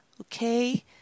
okay